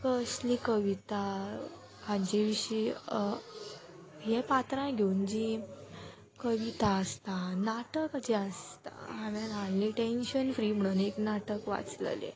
कसली कविता हांचे विशीं हें पात्रां घेवन जीं कविता आसता नाटक जें आसता हांवें हालीं टेंशन फ्री म्हणून एक नाटक वाचलेलें